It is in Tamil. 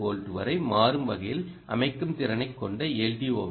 2 வோல்ட் வரை மாறும் வகையில் அமைக்கும் திறனைக் கொண்ட எல்